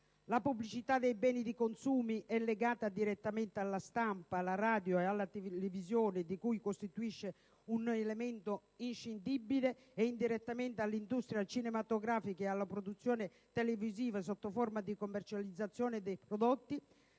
La pubblicità dei beni di consumo è legata direttamente alla stampa, alla radio e alla televisione, di cui costituisce un elemento inscindibile, e indirettamente all'industria cinematografica e alle produzioni televisive sotto forma di commercializzazione dei prodotti;